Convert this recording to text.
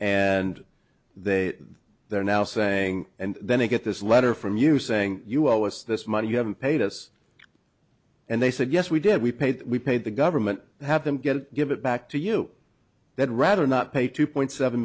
and they are now saying and then they get this letter from you saying you owe us this money you haven't paid us and they said yes we did we paid we paid the government have them get to give it back to you that rather not pay two point seven